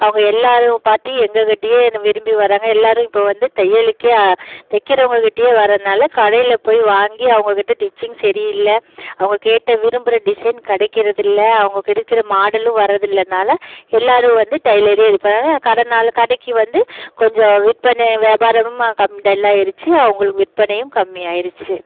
அவங்க எல்லாரையும் பார்த்தி எங்ககிட்டயே ந விரும்பி வராங்கள் எல்லாரும் இப்போ வந்து தையலுக்கே தைக்கிறவங்க கிட்டவே வர்றதனால கடையில் போய் வாங்கி அவங்ககிட்ட டிச்சிங் சரி இல்லை அவங்க கேட்ட விரும்புகிற டிசைன் கிடைக்கிறதில்ல அவங்க கிடுக்கிற மாடலும் வர்றது இல்லனால் எல்லாரும் வந்து டைலரே இப்போ கடை நாலு கடைக்கு வந்து கொஞ்சம் விற்பனை வியாபாரமும் கம் டல் ஆயிடுச்சி அவங்களுக்கு விற்பனையும் கம்மி ஆயிடுச்சி